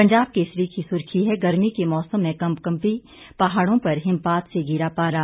पंजाब केसरी की सुर्खी है गर्मी के मौसम में कपकपी पहाड़ों पर हिमपात से गिरा पारा